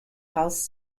house